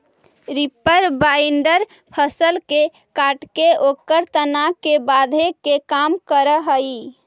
reaper binder फसल के काटके ओकर तना के बाँधे के काम करऽ हई